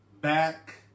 back